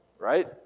right